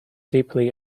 deeply